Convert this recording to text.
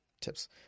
tips